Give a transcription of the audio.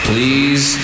Please